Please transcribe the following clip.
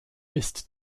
ist